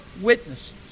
witnesses